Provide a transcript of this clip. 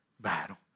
battle